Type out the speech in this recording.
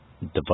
Device